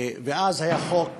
אז היה חוק